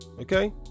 okay